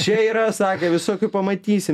čia yra sakė visokių pamatysi